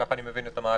כך אני מבין את המהלך.